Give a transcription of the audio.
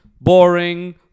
boring